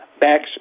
backs